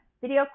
video